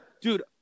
Dude